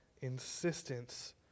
insistence